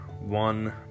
one